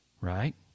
right